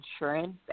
insurance